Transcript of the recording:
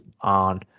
on